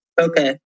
Okay